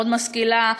מאוד משכילה,